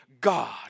God